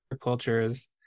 cultures